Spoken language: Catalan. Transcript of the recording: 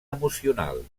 emocional